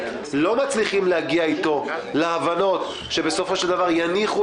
לא מצליחים להגיע אתו להבנות שבסופו של דבר יניחו